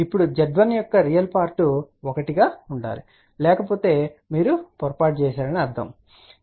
ఇప్పుడు z1 యొక్క real part ఒకటిగా ఉండాలి లేకపోతే మీరు పొరపాటు చేసారు అని పరిగణించండి